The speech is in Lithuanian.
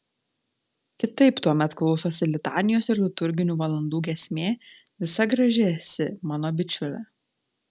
kitaip tuomet klausosi litanijos ir liturginių valandų giesmė visa graži esi mano bičiule